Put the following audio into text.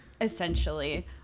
essentially